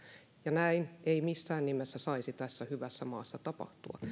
ja näin ei missään nimessä saisi tässä hyvässä maassa tapahtua